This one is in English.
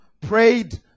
prayed